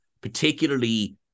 particularly